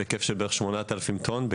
בהיקף של כבערך 8,000 טון.